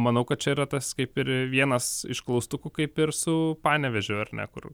manau kad čia yra tas kaip ir vienas iš klaustukų kaip ir su panevėžiu ar ne kur